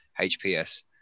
HPS